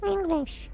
English